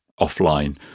offline